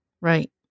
right